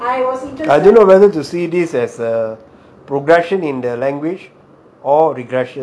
I didn't know whether to see this as a progression in their language or regression